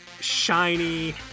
shiny